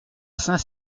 saint